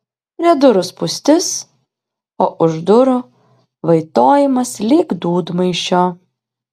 prie durų spūstis o už durų vaitojimas lyg dūdmaišio